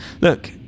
Look